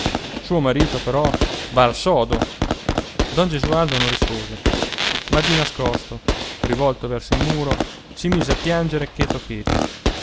suo marito però va al sodo don gesualdo non rispose ma di nascosto rivolto verso il muro si mise a piangere cheto cheto